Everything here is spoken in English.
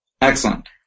Excellent